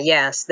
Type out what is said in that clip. Yes